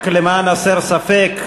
רק למען הסר ספק,